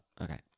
Okay